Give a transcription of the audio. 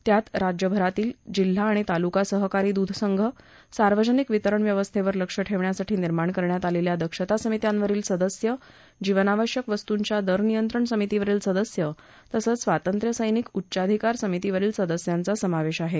त्यात राज्य भरातील जिल्हा आणि तालुका सहकारी दृध संघ सार्वजनिक वितरण व्यवस्थेवर लक्ष ठेवण्यासाठी निर्माण करण्यात आलेल्या दक्षता समित्यांवरील सदस्य जीवनावश्यक वस्तूंच्या दर नियंत्रण समितीवरील सदस्य तसेच स्वातंत्र्य सैनिक उच्चाधिकार समितीवरील सदस्यांचा समावेश आहे